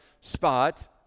spot